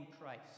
Christ